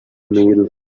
meal